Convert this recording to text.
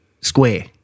Square